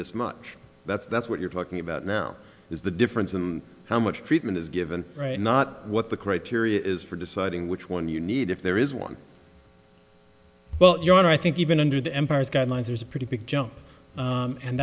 this much that's that's what you're talking about now is the difference in how much treatment is given right not what the criteria is for deciding which one you need if there is one well you know what i think even under the empire's guidelines there's a pretty big jump